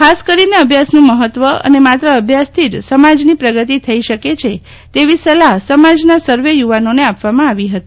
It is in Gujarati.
ખાસ કરીને અભ્યાસનું મફત્ત્વ અને માત્ર અભ્યાસથી જ સમાજની પ્રગતિ થઈ શકે છે તેવી સલાફ સમાજના સર્વે યુવાનોને આપવામાં આવી હતી